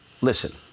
Listen